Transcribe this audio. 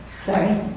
Sorry